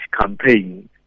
campaign